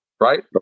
Right